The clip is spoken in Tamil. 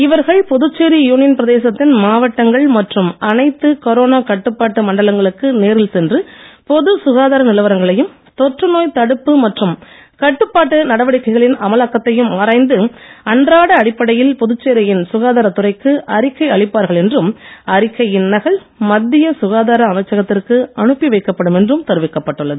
இவர்கள் புதுச்சேரி யூனியன் பிரதேசத்தின் மாவட்டங்கள் மற்றும் அனைத்து கொரோனா கட்டுப்பாட்டு மண்டலங்களுக்கு நேரில் சென்று பொது சுகாதார நிலவரங்களையும் தொற்று நோய் தடுப்பு மற்றும் கட்டுப்பாட்டு நடவடிக்கைகளின் அமலாக்கத்தையும் ஆராய்ந்து அன்றாட அடிப்படையில் புதுச்சேரியின் சுகாதாரத் துறைக்கு அறிக்கை அளிப்பார்கள் என்றும் அறிக்கையின் நகல் மத்திய சுகாதார அமைச்சகத்திற்கு அனுப்பி வைக்கப்படும் என்றும் தெரிவிக்கப்பட்டுள்ளது